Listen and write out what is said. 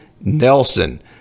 Nelson